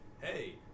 hey